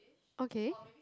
okay